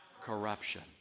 corruption